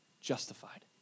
justified